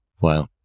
Wow